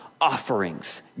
offerings